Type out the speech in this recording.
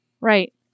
Right